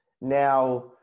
Now